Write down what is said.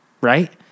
right